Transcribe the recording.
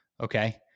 Okay